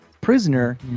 prisoner